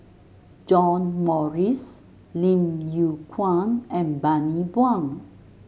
John Morrice Lim Yew Kuan and Bani Buang